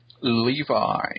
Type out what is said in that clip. Levi